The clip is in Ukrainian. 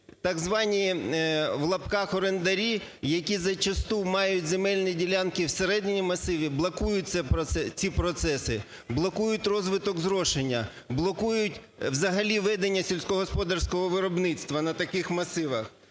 Так звані, в лапках, "орендарі", які за часту мають земельні ділянки всередині масивів, блокують ці процеси, блокують розвиток зрошення, блокують взагалі ведення сільськогосподарського виробництва на таких масивах.